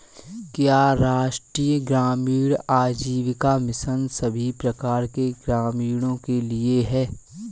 क्या राष्ट्रीय ग्रामीण आजीविका मिशन सभी प्रकार के ग्रामीणों के लिए है?